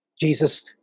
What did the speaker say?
jesus